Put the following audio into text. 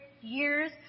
years